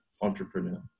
entrepreneur